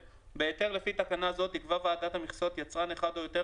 בהיתר לפי תקנה זו תקבע ועדת המכסות יצרן אחד או יותר,